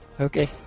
Okay